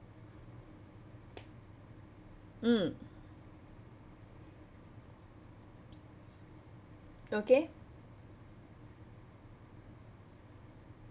mm okay